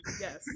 Yes